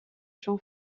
jean